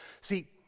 See